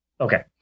Okay